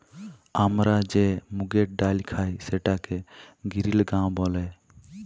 আমরা যে মুগের ডাইল খাই সেটাকে গিরিল গাঁও ব্যলে